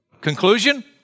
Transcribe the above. Conclusion